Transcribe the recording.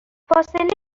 فاصله